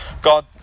God